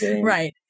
Right